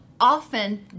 often